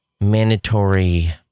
mandatory